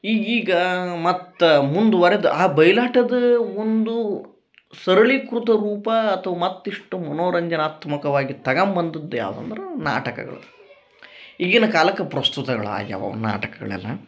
ಈಗೀಗ ಮತ್ತೆ ಮುಂದ್ವರೆದ ಆ ಬೈಲಾಟದ ಒಂದು ಸರಳೀಕೃತ ರೂಪ ಅಥ್ವಾ ಮತ್ತಿಷ್ಟು ಮನೋರಂಜನಾತ್ಮಕವಾಗಿ ತಗಂಬದದು ಯಾವ್ದು ಅಂದ್ರ ನಾಟಕಗಳು ಈಗಿನ ಕಾಲಕ್ಕೆ ಪ್ರಸ್ತುತಗಳ ಆಗ್ಯವು ನಾಟಕಗಳೆಲ್ಲ